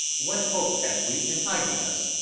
what hope have we in hiding us?